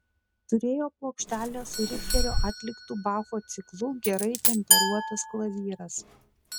turėjo plokštelę su richterio atliktu bacho ciklu gerai temperuotas klavyras